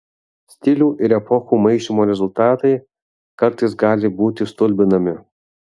stilių ir epochų maišymo rezultatai kartais gali būti stulbinami